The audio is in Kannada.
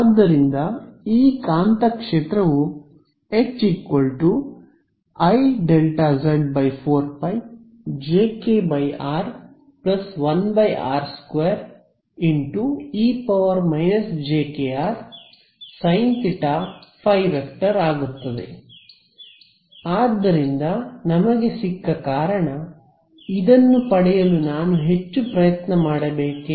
ಆದ್ದರಿಂದ ಈ ಕಾಂತಕ್ಷೇತ್ರವು HIΔz 4π jkr1r2e−jkrsinθϕ ಆಗುತ್ತದೆ ಆದ್ದರಿಂದ ನಮಗೆ ಸಿಕ್ಕ ಕಾರಣ ಇದನ್ನು ಪಡೆಯಲು ನಾನು ಹೆಚ್ಚು ಪ್ರಯತ್ನ ಮಾಡಬೇಕೇ